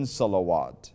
salawat